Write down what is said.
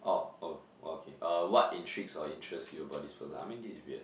oh oh oh okay uh what intrigues or interests you about this person I mean this is weird